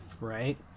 right